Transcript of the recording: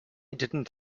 didn’t